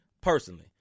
personally